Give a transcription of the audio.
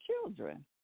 children